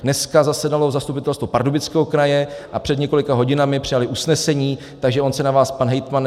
Dneska zasedalo zastupitelstvo Pardubického kraje a před několika hodinami přijali usnesení, takže on se na vás pan hejtman